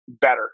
better